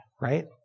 right